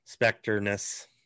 specterness